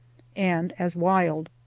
and as wild.